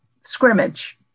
scrimmage